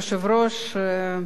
כבוד היושב-ראש,